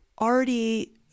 already